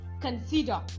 Consider